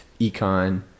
econ